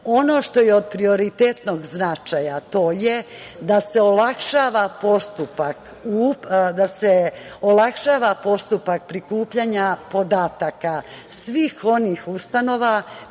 što je od prioritetnog značaja, to je da se olakšava postupak prikupljanja podataka svih onih ustanova